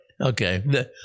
Okay